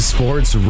Sports